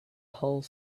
whole